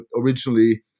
originally